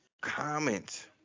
Comment